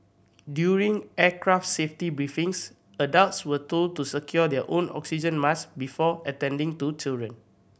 during aircraft safety briefings adults were told to secure their own oxygen mask before attending to children